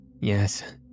Yes